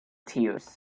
tears